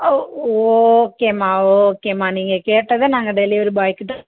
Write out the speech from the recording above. ஓகேம்மா ஓகேம்மா நீங்கள் கேட்டதை நாங்கள் டெலிவரி பாய்கிட்ட